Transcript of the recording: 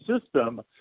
system